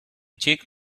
check